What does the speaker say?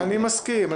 אני מסכים.